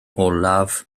olaf